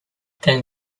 then